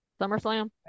SummerSlam